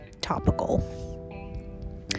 topical